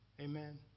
Amen